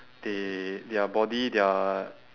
they their body their